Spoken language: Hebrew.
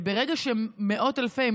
ברגע שמאות אלפי אנשים,